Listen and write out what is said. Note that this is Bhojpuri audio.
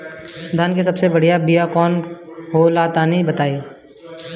धान के सबसे बढ़िया बिया कौन हो ला तनि बाताई?